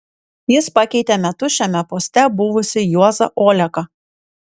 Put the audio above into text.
jis pakeitė metus šiame poste buvusį juozą oleką